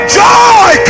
joy